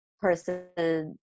person